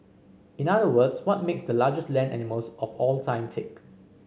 in other words what makes the largest land animals of all time tick